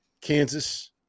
kansas